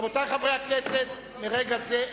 רבותי חברי הכנסת, מרגע זה,